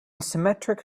symmetric